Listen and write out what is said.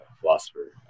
philosopher